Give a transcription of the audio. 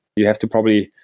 you have to probably,